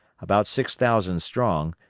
about six thousand strong,